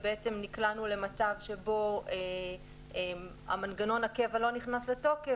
ונקלענו למצב שבו מנגנון הקבע לא נכנס לתוקף